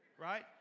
Right